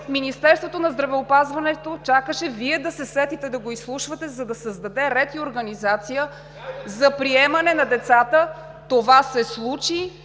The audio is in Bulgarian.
Министерството на здравеопазването чакаше Вие да се сетите да го изслушвате, за да създаде ред и организация за приемане на децата. Това се случи